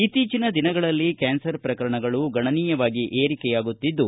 ಇತ್ತೀಚಿನ ದಿನಗಳಲ್ಲಿ ಕ್ಯಾನ್ಸರ್ ಪ್ರಕರಣಗಳು ಗಣನೀಯವಾಗಿ ಏರಿಕೆಯಾಗುತ್ತಿದ್ದು